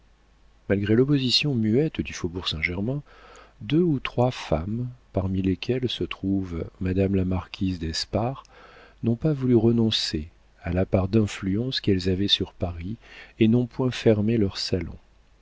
malgré l'opposition muette du faubourg saint-germain deux ou trois femmes parmi lesquelles se trouve madame la marquise d'espard n'ont pas voulu renoncer à la part d'influence qu'elles avaient sur paris et n'ont point fermé leurs salons